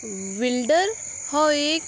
विल्डर हो एक